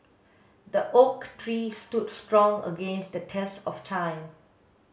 the oak tree stood strong against the test of time